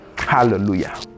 hallelujah